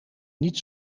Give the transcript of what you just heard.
niet